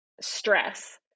stress